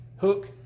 hook